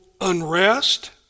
unrest